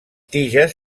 tiges